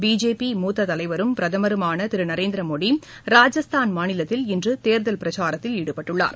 BJP மூத்ததலைவரும் பிரதமருமானதிருநரேந்திரமோடி ராஜஸ்தான் மாநிலத்தில் இன்றுதேர்தல் பிரச்சாரத்தில் ஈடுபட்டுள்ளார்